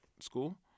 school